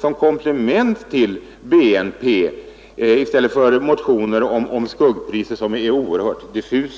som komplement till BNP — i stället för att väcka oerhört diffusa motioner om skuggpriser.